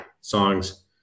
songs